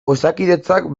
osakidetzak